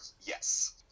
yes